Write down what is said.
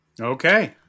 Okay